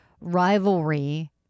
rivalry